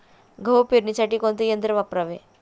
गहू पेरणीसाठी कोणते यंत्र वापरावे?